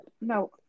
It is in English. No